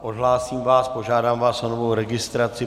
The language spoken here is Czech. Odhlásím vás, požádám vás o novou registraci.